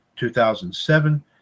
2007